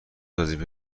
وظیفه